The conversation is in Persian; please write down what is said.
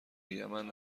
یمن